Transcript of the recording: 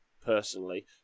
personally